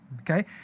Okay